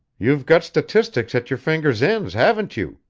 you've got statistics at your fingers' ends, haven't you?